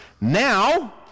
now